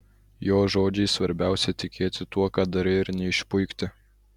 jo žodžiais svarbiausia tikėti tuo ką darai ir neišpuikti